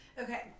Okay